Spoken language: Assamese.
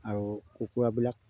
আৰু কুকুৰাবিলাক